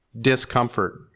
discomfort